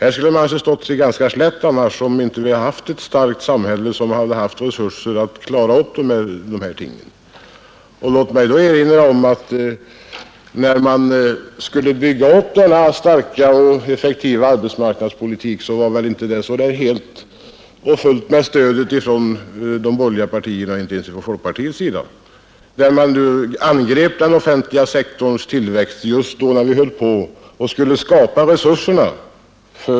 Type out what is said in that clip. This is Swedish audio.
Vi skulle ha stått oss ganska slätt, om vi inte hade haft ett starkt samhälle, med resurser att klara upp de här tingen. Låt mig då erinra om att det, när man skulle bygga upp denna starka och effektiva arbetsmarknadspolitik, väl inte var så helt och fullt med stödet från folkpartiet och övriga borgerliga partier, som angrep den offentliga sektorns tillväxt just när vi höll på att försöka skapa resurserna.